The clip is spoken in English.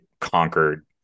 conquered